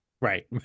Right